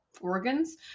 organs